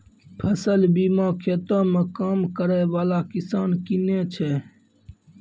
फसल बीमा खेतो मे काम करै बाला किसान किनै छै